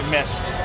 Missed